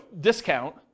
discount